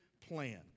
plan